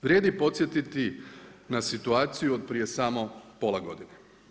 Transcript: Vrijedi podsjetiti na situaciju od prije samo pola godine.